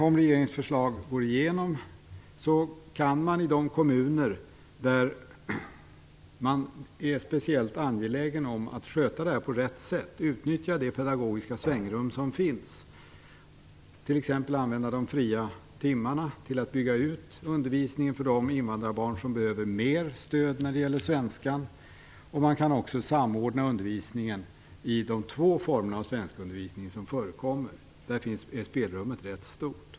Om regeringens förslag går igenom tror vi att man i de kommunerna där man är speciellt angelägen om att sköta detta på rätt sätt kan utnyttja det pedagogiska svängrum som finns. Man kan t.ex. använda de fria timmarna till att bygga ut undervisningen för de invandrarbarn som behöver mer stöd när det gäller svenskan. Man kan också samordna undervisningen i de två former av svenskundervisning som förekommer. Där är spelrummet ganska stort.